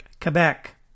Quebec